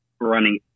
running